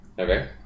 Okay